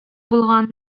булган